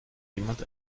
jemand